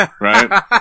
right